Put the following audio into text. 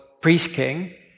priest-king